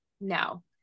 No